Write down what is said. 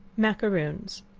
macaroons.